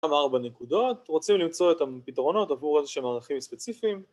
ארבע נקודות רוצים למצוא את הפתרונות עבור איזה שהם ערכים ספציפיים